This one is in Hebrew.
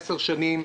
10 שנים,